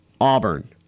Auburn